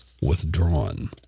withdrawn